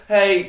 Hey